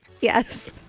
Yes